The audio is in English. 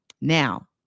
Now